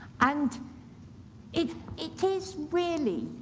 and it it is really,